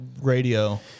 radio